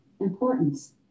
importance